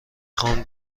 خوام